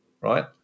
right